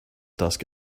desk